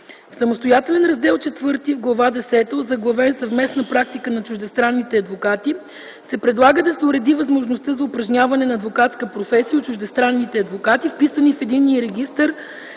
В самостоятелен раздел ІV в глава десета, озаглавен „Съвместна практика на чуждестранните адвокати”, се предлага да се уреди възможността за упражняване на адвокатска професия от чуждестранните адвокати, вписани в Единния регистър